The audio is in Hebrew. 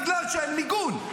בגלל שאין מיגון.